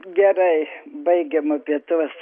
gerai baigiam apie tuos